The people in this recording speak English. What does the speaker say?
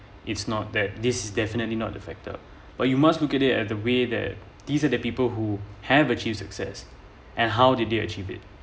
it's not that this is definitely not affected but you must look at it at the way that these are the people who have achieved success and how did they achieve it